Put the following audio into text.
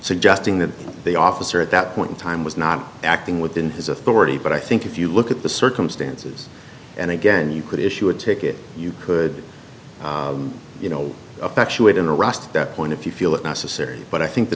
suggesting that the officer at that point in time was not acting within his authority but i think if you look at the circumstances and again you could issue a ticket you could you know actuate an arrest that point if you feel it necessary but i think the